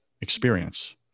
experience